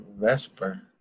Vesper